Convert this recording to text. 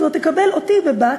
זאת אומרת, תקבל אותי בבת.